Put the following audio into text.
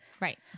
Right